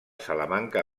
salamanca